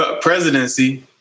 presidency